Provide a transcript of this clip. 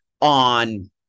on